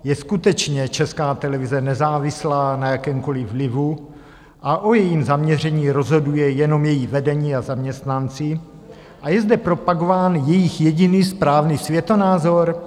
Je skutečně Česká televize nezávislá na jakémkoliv vlivu a o jejím zaměření rozhoduje jenom její vedení a zaměstnanci a je zde propagován jejich jediný správný světonázor?